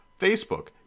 Facebook